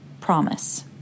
promise